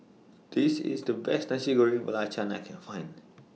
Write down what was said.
This IS The Best Nasi Goreng Belacan I Can Find